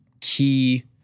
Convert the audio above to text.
key